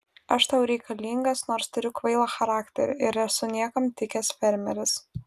aš tau reikalingas nors turiu kvailą charakterį ir esu niekam tikęs fermeris